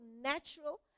natural